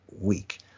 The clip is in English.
week